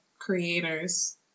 creators